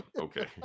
okay